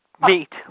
Meet